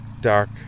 dark